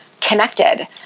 connected